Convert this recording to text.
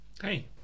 Hey